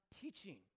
teaching